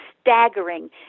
staggering